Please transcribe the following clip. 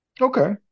Okay